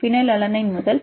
phenyl alanine முதல்